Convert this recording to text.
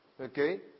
Okay